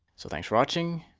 so thanks for watching,